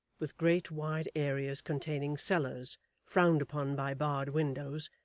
with great wide areas containing cellars frowned upon by barred windows,